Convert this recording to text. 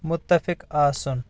مُتفِق آسُن